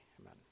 amen